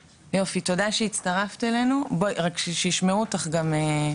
יופי, תודה שהצטרפת אלינו, רק שישמעו אותך גם.